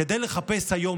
כדי לחפש היום,